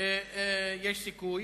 יש סיכוי